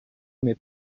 mais